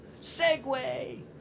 Segway